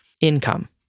income